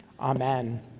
amen